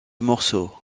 morceau